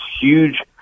huge